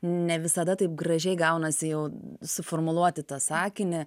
ne visada taip gražiai gaunasi jau suformuluoti tą sakinį